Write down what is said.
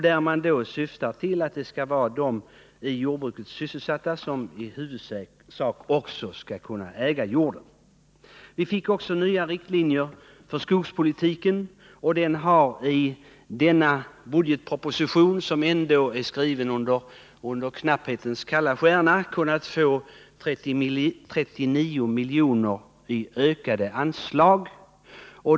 Lagen syftar till att det skall vara de i jordbruket sysselsatta som i huvudsak också skall äga jorden. Vi har också fått nya riktlinjer för skogspolitiken. Skogsbruket har i den här budgetpropositionen, som ändå är skriven under knapphetens kalla stjärna, kunnat få 39 milj.kr. i ökade anslag.